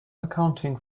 accounting